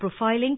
profiling